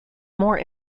more